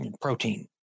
Protein